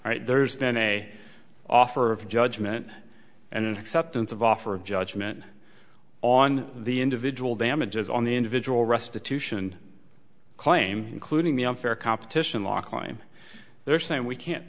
right there's been a offer of judgment and acceptance of offer of judgment on the individual damages on the individual restitution claim including the unfair competition law klein they're saying we can't